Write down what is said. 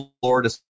Florida